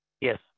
Yes